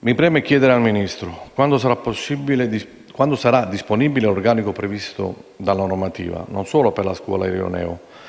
Mi preme chiedere al Ministro quando sarà disponibile l'organico previsto dalla normativa, non solo per la scuola «Ilioneo»,